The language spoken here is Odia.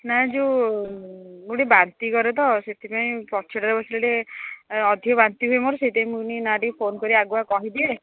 ନା ଯେଉଁ ମୁଁ ଟିକେ ବାନ୍ତି କରେ ତ ସେଥିପାଇଁ ପଛଟାରେ ବସିଲେ ଟିକେ ଅଧିକ ବାନ୍ତି ହୁଏ ମୋର ସେଇଥିପାଇଁ ମୁଁ ନା ଟିକେ ଫୋନ୍ କରିିକି ଆଗୁଆ କହିଦିଏ